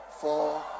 Four